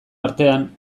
artean